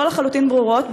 לא לחלוטין ברורות,